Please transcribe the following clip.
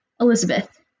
Elizabeth